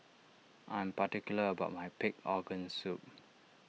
I am particular about my Pig Organ Soup